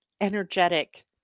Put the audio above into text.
energetic